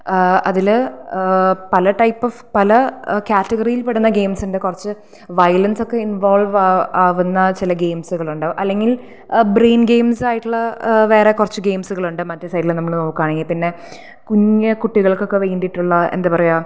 അതില് പല type of പല കാറ്റഗറിയിൽ പെടുന്ന ഗെയിംസ് ഉണ്ട് കുറച്ച് വയലൻസ് ഒക്കെ ഇൻവോൾവ് ആകുന്ന ചില ഗെയിംസുകളുണ്ടാവും അല്ലെങ്കിൽ ബ്രെയിൻ ഗെയിംസ് ആയിട്ടുള്ള വേറെ കുറച്ച് ഗെയിംസുകളുണ്ട് മറ്റേ സൈഡില് നമ്മൾ നോക്കുകയാണെങ്കിൽ പിന്നെ കുഞ്ഞ് കുട്ടികൾക്ക് ഒക്കെ വേണ്ടിയിട്ടുള്ള എന്താ പറയുക